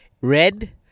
Red